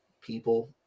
people